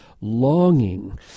longing